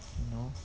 you know